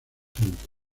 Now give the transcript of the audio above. presente